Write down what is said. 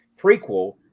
prequel